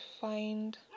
find